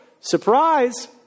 surprise